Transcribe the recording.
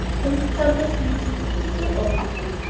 and it somehow seems as if i oughtn't to.